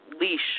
leash